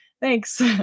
thanks